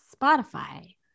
Spotify